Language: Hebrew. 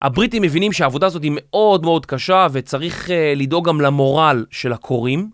הבריטים מבינים שהעבודה הזאת היא מאוד מאוד קשה וצריך לדאוג גם למורל של הכורים?